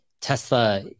Tesla